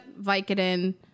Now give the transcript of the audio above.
Vicodin